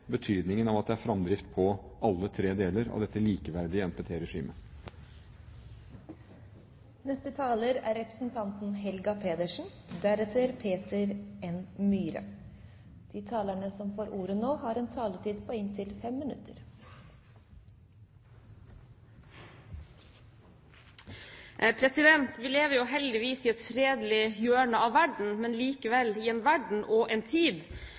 betydningen av at det er framdrift i alle tre deler av dette likeverdige NPT-regimet. Vi lever heldigvis i et fredelig hjørne av verden, men likevel i en verden og i en tid som også preges av spenninger, kriger og konflikter av ulikt slag, og stadig får vi